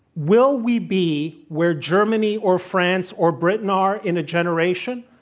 will we be where germany or france or britain are in a generation?